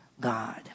God